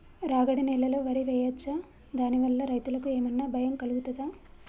రాగడి నేలలో వరి వేయచ్చా దాని వల్ల రైతులకు ఏమన్నా భయం కలుగుతదా?